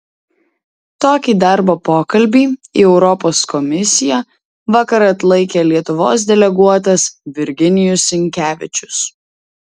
tokį darbo pokalbį į europos komisiją vakar atlaikė lietuvos deleguotas virginijus sinkevičius